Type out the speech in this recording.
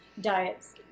diets